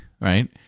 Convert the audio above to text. right